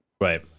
right